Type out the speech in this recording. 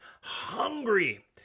hungry